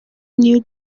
new